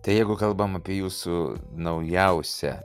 tai jeigu kalbam apie jūsų naujausią